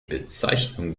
bezeichnung